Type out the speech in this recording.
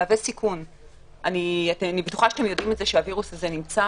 אני בטוחה שאתם יודעים שהווירוס נמצא